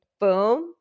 boom